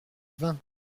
vingt